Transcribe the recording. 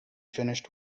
finished